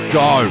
go